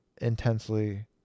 intensely